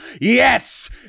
yes